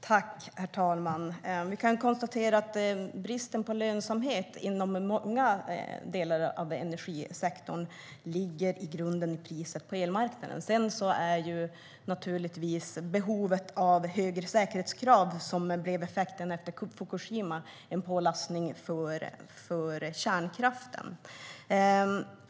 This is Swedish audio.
Herr talman! Vi kan konstatera att bristen på lönsamhet inom många delar av energisektorn i grunden beror på priset på elmarknaden. Sedan är behovet av högre säkerhetskrav, som blev effekten efter olyckan i Fukushima, en belastning för kärnkraften.